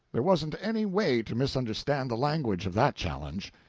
there wasn't any way to misunderstand the language of that challenge.